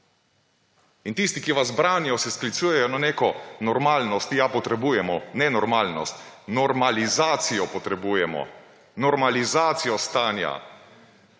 In tisti, ki vas branijo, se sklicujejo na neko normalnost. Ja, potrebujemo, ne normalnost, normalizacijo potrebujemo, normalizacijo stanja,